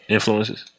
Influences